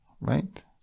right